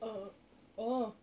oh oh